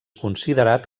considerat